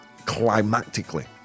climactically